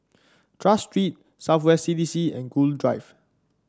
Tras Street South West C D C and Gul Drive